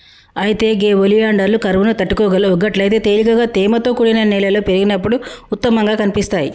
అయితే గే ఒలియాండర్లు కరువును తట్టుకోగలవు గట్లయితే తేలికగా తేమతో కూడిన నేలలో పెరిగినప్పుడు ఉత్తమంగా కనిపిస్తాయి